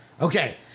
Okay